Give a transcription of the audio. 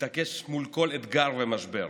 תתעקש מול כל אתגר ומשבר,